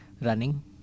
Running